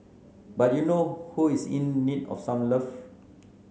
but you know who is in need of some love